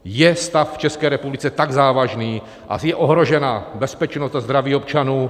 Je stav v České republice tak závažný a je ohrožena bezpečnost a zdraví občanů?